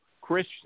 Chris